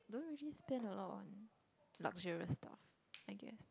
don't usually spend a lot on luxurious stuff I guess